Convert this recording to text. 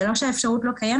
זה לא שהאפשרות לא קיימת,